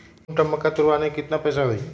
एक क्विंटल मक्का तुरावे के केतना पैसा होई?